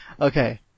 Okay